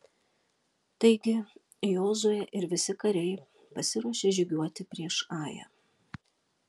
taigi jozuė ir visi kariai pasiruošė žygiuoti prieš ają